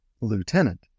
Lieutenant